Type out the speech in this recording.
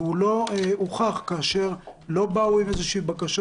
הוא לא הוכח כאשר לא באו עם בקשות